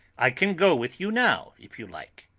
i can go with you now, if you like.